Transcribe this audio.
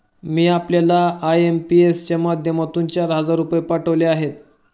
मी आपल्याला आय.एम.पी.एस च्या माध्यमातून चार हजार रुपये पाठवले आहेत